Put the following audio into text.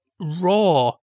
raw